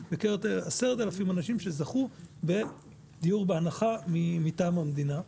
בקרב 10,000 אנשים שזכו בדיור בהנחה מטעם המדינה,